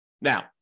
Now